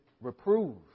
reprove